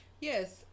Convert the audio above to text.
Yes